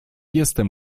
jestem